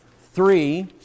Three